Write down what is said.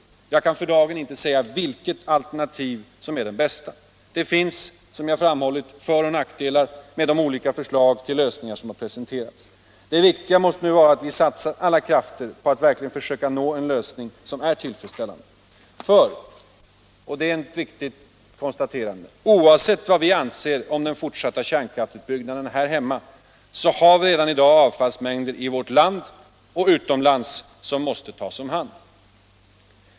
Jag kan tor kärnbränsle, för dagen inte säga vilken alternativ lösning som är den bästa. Som jag — m.m. redan har framhållit finns det föroch nackdelar med de olika förslag till lösningar som har presenterats. Det viktiga är nu att vi satsar alla krafter på att verkligen försöka nå en lösning som är tillfredsställande. För — och det är ett viktigt konstaterande — oavsett vad vi anser om den fortsatta kärnkraftsutbyggnaden så har vi redan i dag avfallsmängder i vårt land och utomlands som måste tas om hand.